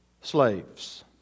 slaves